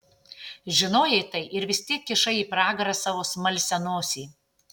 žinojai tai ir vis tiek kišai į pragarą savo smalsią nosį